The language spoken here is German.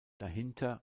dahinter